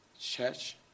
church